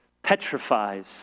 petrifies